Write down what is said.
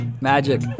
magic